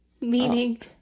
Meaning